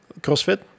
crossfit